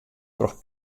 troch